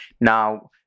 Now